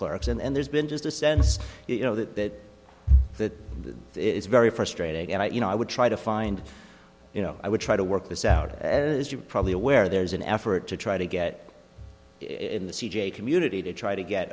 clerks and there's been just a sense you know that that it's very frustrating and you know i would try to find you know i would try to work this out as you're probably aware there's an effort to try to get in the c j community to try to get